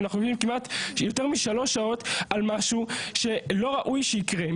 אנחנו יושבים יותר משלוש שעות על משהו שלא ראוי שיקרה.